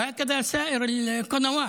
אני דואג, חבל לנצל את הזמן לזה.